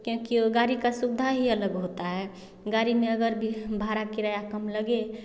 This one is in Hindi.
क्योंकि वह गाड़ी का सुविधा ही अलग होता है गाड़ी में अगर भी भाड़ा किराया कम लगे